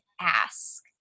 ask